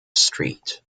street